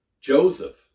Joseph